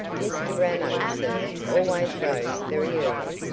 mr ramo, sir, always rose very early,